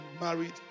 married